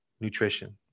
nutrition